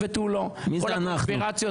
מספיק.